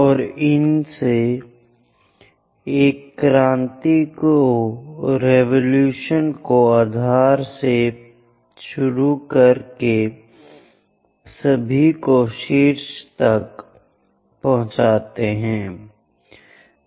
और इसने एक क्रांति को आधार से शुरू करके सभी को शीर्ष पर पहुंचा दिया है